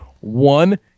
one